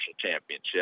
championship